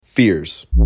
fears